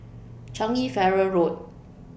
Changi Ferry Road